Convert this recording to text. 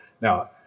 Now